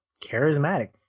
charismatic